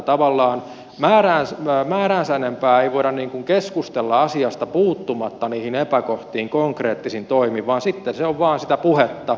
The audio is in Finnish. tavallaan määräänsä enempää ei voida keskustella asiasta puuttumatta niihin epäkohtiin konkreettisin toimin vaan sitten se on vain sitä puhetta